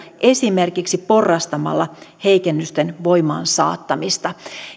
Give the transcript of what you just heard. esimerkiksi porrastamalla heikennysten voimaan saattamista